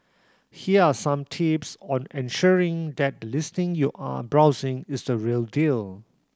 here are some tips on ensuring that the listing you are browsing is the real deal